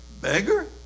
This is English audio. Beggar